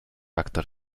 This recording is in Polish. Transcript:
aktor